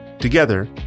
Together